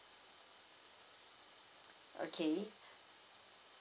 okay